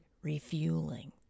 refueling